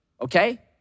Okay